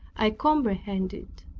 i comprehended,